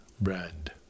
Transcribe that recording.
Brand